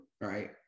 right